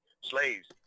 slaves